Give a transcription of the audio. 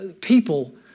people